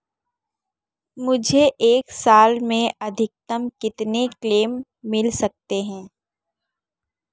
मुझे एक साल में अधिकतम कितने क्लेम मिल सकते हैं?